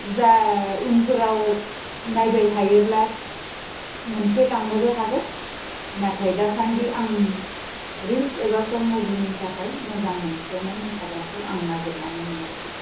जा उनफोराव नायबाय थायोब्ला मोनफ्लेलांनोबो हागौ नाथाय दासान्दि आं रिल्स एबा शर्ट मुभिनि थाखाय मोजां मोनफ्लेनाय मोसाग्राखौ आं नागिरनानै मोनाखै